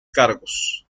cargos